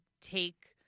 take